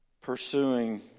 pursuing